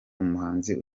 umuhanzi